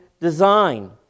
design